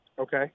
Okay